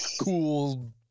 cool